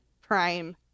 prime